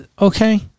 okay